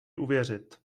uvěřit